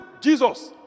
Jesus